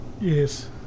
Yes